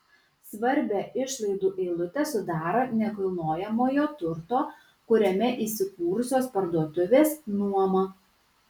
svarbią išlaidų eilutę sudaro nekilnojamojo turto kuriame įsikūrusios parduotuvės nuoma